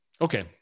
Okay